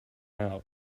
out